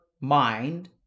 mind